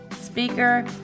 speaker